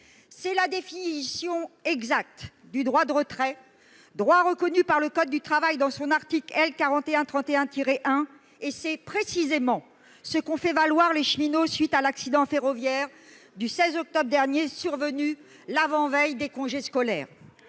la définition exacte du droit de retrait, droit reconnu par le code du travail dans son article L. 4131-1. C'est précisément ce qu'ont fait valoir les cheminots à la suite de l'accident ferroviaire survenu le 16 octobre, l'avant-veille des congés scolaires.